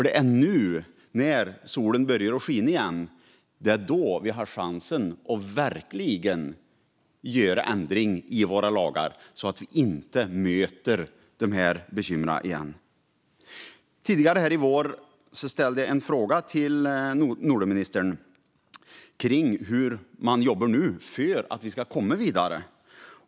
Det är nu när solen börjar skina igen som vi har chansen att ändra våra lagar så att vi inte möter dessa bekymmer igen. Tidigare i våras ställde jag en fråga till Nordenministern om hur man jobbar för att vi ska komma vidare.